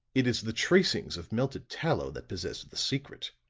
it is the tracings of melted tallow that possess the secret.